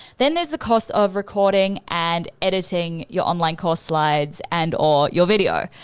then there's the cost of recording and editing your online course slides and or your video.